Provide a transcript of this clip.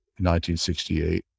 1968